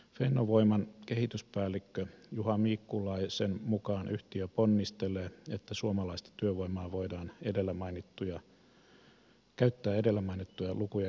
fennovoiman kehityspäällikkö juha miikkulaisen mukaan yhtiö ponnistelee että suomalaista työvoimaa voidaan käyttää edellä mainittuja lukuja enemmänkin